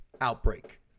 outbreak